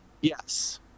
Yes